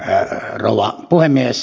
rouva puhemies